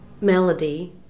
melody